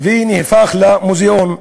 והוא נהפך למוזיאון.